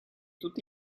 tutti